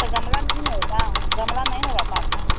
तो गमला नहीं ना होता गमला नहीं ना रहता आपका